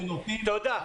תודה.